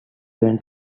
went